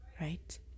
right